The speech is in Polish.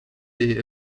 jej